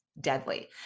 deadly